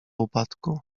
upadku